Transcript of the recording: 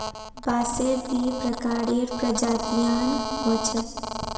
बांसेर दी प्रकारेर प्रजातियां ह छेक